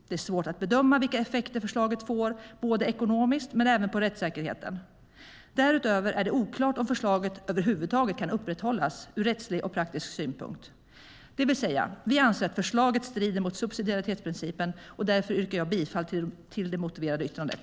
Det är svårt att bedöma vilka effekter förslaget får, både ekonomiskt men även på rättssäkerheten. Därutöver är det oklart om förslaget över huvudtaget kan upprätthållas ur rättslig och praktisk synpunkt. Det vill säga att vi anser att förslaget strider mot subsidiaritetsprincipen. Därför yrkar jag bifall till det motiverade yttrandet.